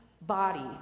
body